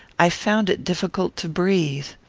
i found it difficult to breathe.